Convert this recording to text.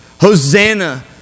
Hosanna